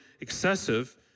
excessive